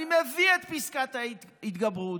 אני מביא את פסקת ההתגברות,